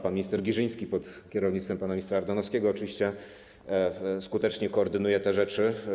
Pan minister Giżyński pod kierownictwem pana ministra Ardanowskiego oczywiście skutecznie koordynuje te rzeczy.